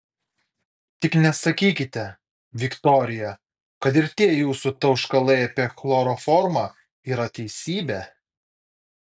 tik nesakykite viktorija kad ir tie jūsų tauškalai apie chloroformą yra teisybė